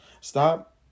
stop